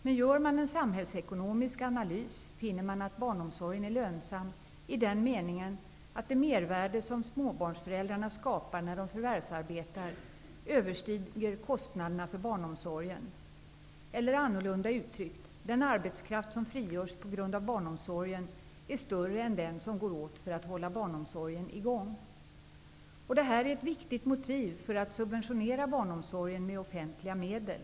Men gör man en samhällsekonomisk analys finner man att barnomsorgen är lönsam i den meningen att det mervärde som småbarnsföräldrarna skapar när de förvärvsarbetar överstiger kostnaderna för barnomsorgen; eller, annorlunda uttryckt: Den arbetskraft som frigörs tack vare barnomsorgen är större än den som går åt för att hålla barnomsorgen i gång. Detta är ett viktigt motiv för att subventionera barnomsorgen med offentliga medel.